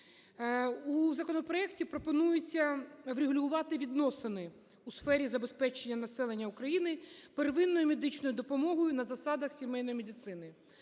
У законопроекті пропонується врегулювати відносини у сфері забезпечення населення України первинною медичною допомогою на засадах сімейної медицини.